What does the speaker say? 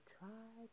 try